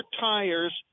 tires